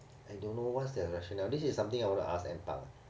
I don't know what's their rational this is something I wanna ask NParks